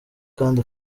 kandi